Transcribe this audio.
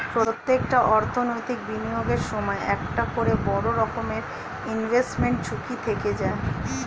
প্রত্যেকটা অর্থনৈতিক বিনিয়োগের সময় একটা করে বড় রকমের ইনভেস্টমেন্ট ঝুঁকি থেকে যায়